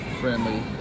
Friendly